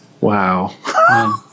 Wow